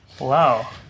Wow